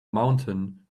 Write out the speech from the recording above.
mountain